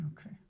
Okay